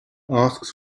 asks